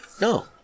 no